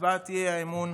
בהצבעת האי-אמון,